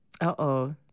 Uh-oh